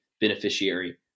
beneficiary